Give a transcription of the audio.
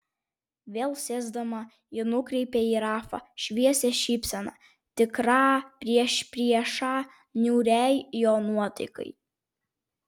vėl sėsdama ji nukreipė į rafą šviesią šypseną tikrą priešpriešą niūriai jo nuotaikai